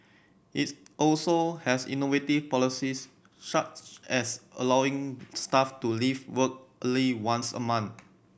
it's also has innovative policies such as allowing staff to leave work early once a month